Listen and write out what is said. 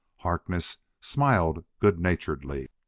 harkness smiled good-naturedly.